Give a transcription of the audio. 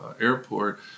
airport